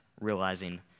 realizing